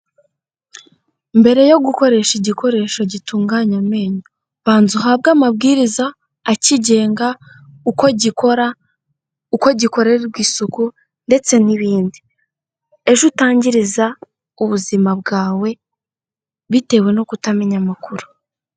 Mbere yo gukoresha igikoresho gitunganya amenyo, banza uhabwe amabwiriza akigenga uko gikora, uko gikorerwa isuku ndetse n'ibindi, ejo utangiriza ubuzima bwawe, bitewe no kutamenya amakuru.